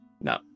No